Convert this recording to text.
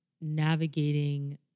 navigating